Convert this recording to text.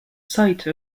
site